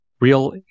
real